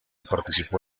participó